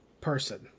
person